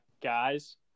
guys